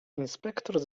inspektor